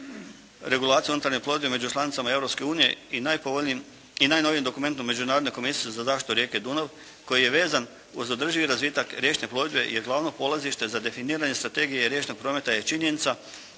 vezan uz održivi razvitak riječne plovidbe je glavno polazište za definiranje strategije riječnog prometa je činjenica